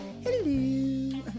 Hello